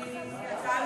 אני, הצעה לסדר,